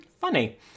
funny